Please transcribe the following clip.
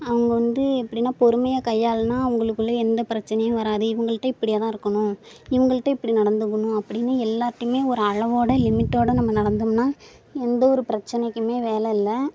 அவங்க வந்து எப்படினா பொறுமையாக கையாளுனால் அவங்களுக்குள்ள எந்த பிரச்சினையும் வராது இவங்கள்ட்ட இப்படியேதான் இருக்கணும் இவங்கள்ட்ட இப்படி நடந்துக்கணும் அப்படினு எல்லாேர்டையுமே ஒரு அளவோடு லிமிட்டோடு நம்ம நடந்தோம்னால் எந்தவொரு பிரச்சினைக்குமே வேலை இல்லை